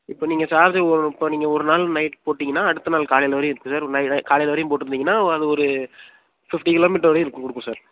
இப்போ நீங்கள் சார்ஜு ஒரு இப்போ நீங்கள் ஒரு நாள் நைட் போட்டீங்கன்னால் அடுத்த நாள் காலையில வரையும் இருக்குது சார் ஒரு நை நை காலையில வரையும் போட்டிருந்தீங்கன்னா அது ஒரு ஃபிஃப்ட்டி கிலோ மீட்டர் வரையும் இருக்கும் கொடுக்கும் சார்